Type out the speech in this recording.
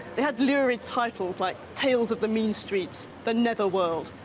they had lurid titles like tales of the mean streets, the netherworld.